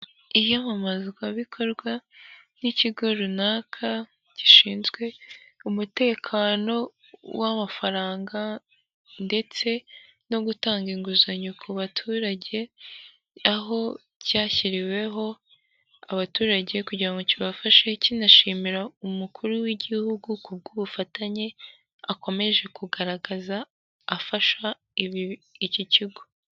Iyamamazwabikorwa ry'ikigo runaka gishinzwe umutekano w'amafaranga ndetse no gutanga inguzanyo ku baturage, aho cyashyiriweho abaturage kugira ngo kibafashe kinashimira umukuru w'igihugu kubw'ubufatanye akomeje kugaragaza afasha iki kigo.